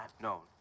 No